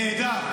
נהדר.